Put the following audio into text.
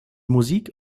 musik